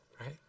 right